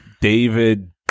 David